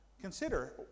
Consider